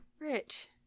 Rich